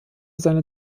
seine